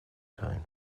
tone